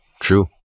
True